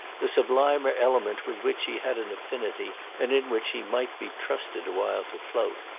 the sublimer element with which he had an affinity and in which he might be trusted a while to float.